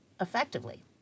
effectively